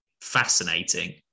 fascinating